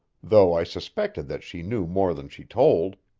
though i suspected that she knew more than she told.